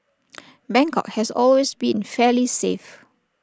Bangkok has always been fairly safe